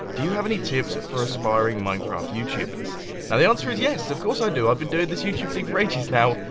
do you have any tips for aspiring? minecraft youtubers now the answer is yes, of course i do! i've been doing this youtube thing for ages now.